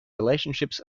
relationships